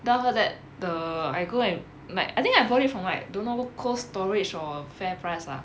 then after that the I go and like I think I bought it from like don't know cold storage or fairprice lah